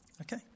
Okay